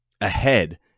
ahead